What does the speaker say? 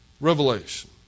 revelation